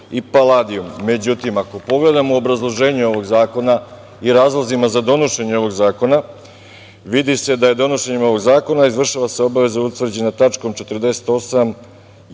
i paladijum. Međutim, ako pogledamo obrazloženje ovog zakona i razloge za donošenje ovog zakona vidi se da se donošenjem ovog zakona izvršava obaveza utvrđena tačkom 48.